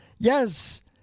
Yes